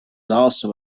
also